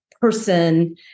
person